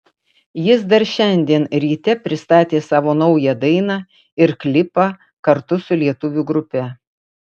jis dar šiandien ryte pristatė savo naują dainą ir klipą kartu su lietuvių grupe